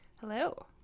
Hello